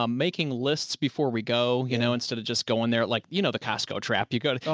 um making lists before we go, you know, instead of just going there, like, you know the costco trap, you go, oh,